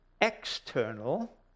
external